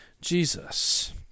Jesus